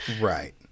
right